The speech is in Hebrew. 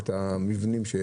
מבנים,